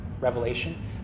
Revelation